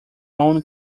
own